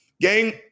Gang